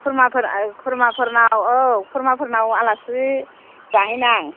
खुरमाफोर खुरमाफोरनाव औ खुरमाफोरनाव आलासि जाहैनो आं